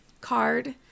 card